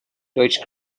deutsche